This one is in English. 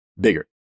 bigger